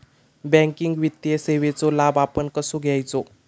Banking वित्तीय सेवाचो लाभ आपण कसो घेयाचो?